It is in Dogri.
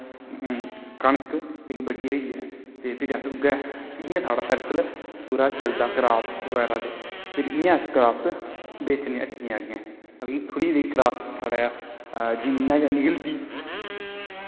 कनक बड्डी होईयै फिर अस उऐ इयां साढ़ा सर्कल पूरा चलदा क्राप्स बगैरा ते फिर इयां अस क्राप्स बेचनें हट्टियैं अग्गैं मतलव की तोह्ड़ी जी क्राप्स साढ़ै जिन्नी गै निकलदी